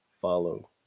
follow